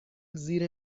زیر